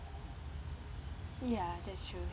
ya that's true